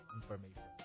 information